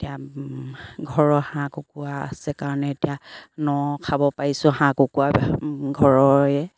এতিয়া ঘৰৰ হাঁহ কুকুৰা আছে কাৰণে এতিয়া ন খাব পাৰিছোঁ হাঁহ কুকুৰা ঘৰৰে